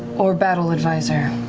or battle advisor,